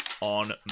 on